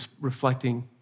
reflecting